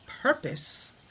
purpose